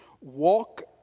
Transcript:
Walk